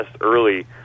early